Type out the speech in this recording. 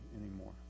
anymore